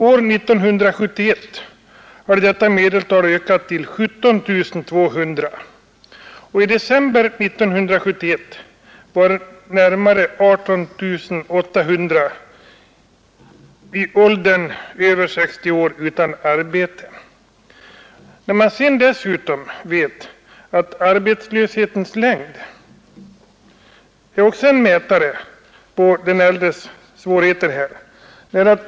År 1971 hade detta medeltal ökat till 17 200, och i december 1971 var Arbetslöshetens längd är också en mätare på de äldres svårigheter.